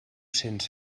cents